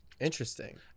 Interesting